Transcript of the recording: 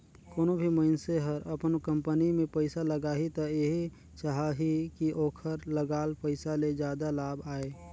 कोनों भी मइनसे हर अपन कंपनी में पइसा लगाही त एहि चाहही कि ओखर लगाल पइसा ले जादा लाभ आये